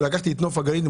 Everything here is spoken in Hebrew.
לקחתי את נוף הגליל,